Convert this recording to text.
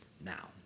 now